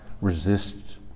resist